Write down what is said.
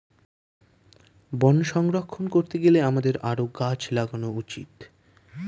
বন সংরক্ষণ করতে গেলে আমাদের আরও গাছ লাগানো উচিত